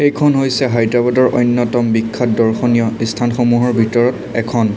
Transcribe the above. এইখন হৈছে হায়দৰাবাদৰ অন্যতম বিখ্যাত দৰ্শনীয় স্থানসমূহৰ ভিতৰত এখন